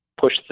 push